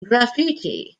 graffiti